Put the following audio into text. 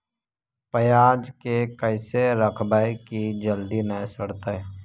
पयाज के कैसे रखबै कि जल्दी न सड़तै?